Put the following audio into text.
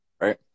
right